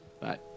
Bye